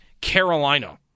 Carolina